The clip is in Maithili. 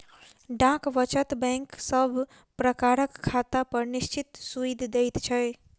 डाक वचत बैंक सब प्रकारक खातापर निश्चित सूइद दैत छै